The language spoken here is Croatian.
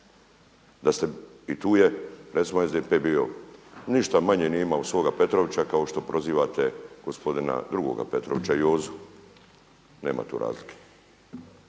Da ste, i tu je recimo SDP bio, ništa manje nije imao svoga Petrovića kao što prozivate gospodina drugoga Petrovića Jozu. Nema tu razlike.